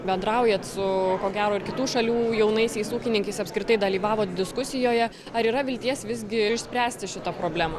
bendraujat su ko gero ir kitų šalių jaunaisiais ūkininkais apskritai dalyvavot diskusijoje ar yra vilties visgi išspręsti šitą problemą